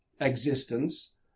existence